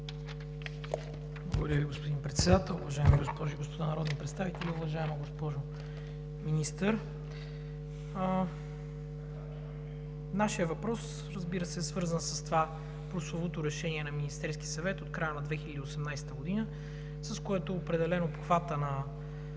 Уважаеми господин Председател. Уважаеми госпожи и господа народни представители! Уважаема госпожо Министър, нашият въпрос, разбира се, е свързан с това прословуто решение на Министерския съвет от края на 2018 г., с което е определен обхватът на